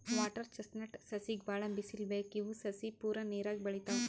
water chestnut ಸಸಿಗ್ ಭಾಳ್ ಬಿಸಲ್ ಬೇಕ್ ಇವ್ ಸಸಿ ಪೂರಾ ನೀರಾಗೆ ಬೆಳಿತಾವ್